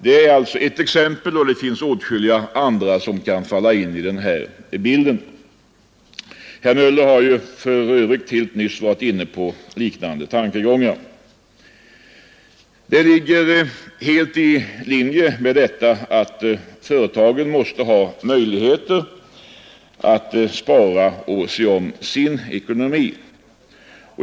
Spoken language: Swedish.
Det är ett exempel och det finns åtskilliga andra som kan passa i denna bild. Herr Möller har helt nyss varit inne på liknande tankegångar. Det ligger helt i linje med detta att företagen måste ha möjligheter att spara och se om sin ekonomi.